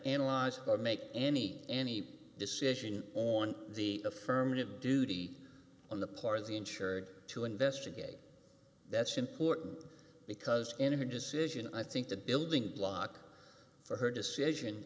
analyze or make any any decision on the affirmative duty on the part of the insured to investigate that's important because in her decision i think the building block for her decision